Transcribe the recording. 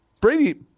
Brady